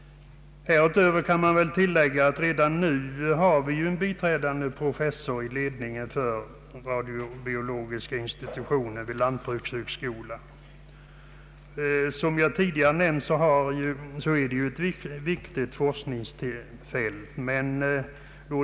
Härutöver kan tilläggas att det redan nu finns en biträdande professor i ledningen för Radiobiologiska institutionen vid Lantbrukshögskolan. Som jag tidigare nämnt är det ett viktigt forskningsfält.